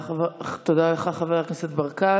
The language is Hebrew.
תודה לך, חבר הכנסת ברקת.